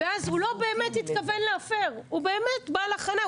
ואז הוא לא באמת התכוון להפר, הוא באמת בא לחניה.